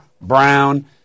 brown